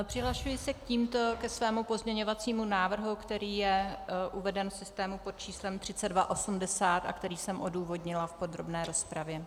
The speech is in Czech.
Přihlašuji se tímto ke svému pozměňovacímu návrhu, který je uveden v systému pod číslem 3280 a který jsem odůvodnila v podrobné rozpravě.